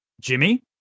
Jimmy